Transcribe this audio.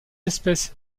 espèces